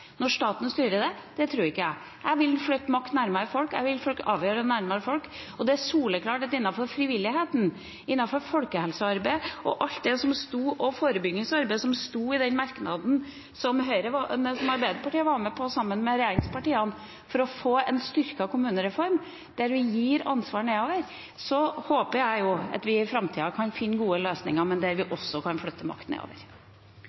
når staten styrer det, det gjør ikke jeg. Jeg vil flytte makt nærmere folk, jeg vil flytte avgjørelser nærmere folk. Og det er soleklart at innenfor frivillighet, folkehelsearbeid og forebyggingsarbeid – alt det som sto i den merknaden som Arbeiderpartiet var med på sammen med regjeringspartiene for å få en styrket kommunereform, der vi gir ansvar nedover – håper jeg at vi i framtida kan finne gode løsninger, der vi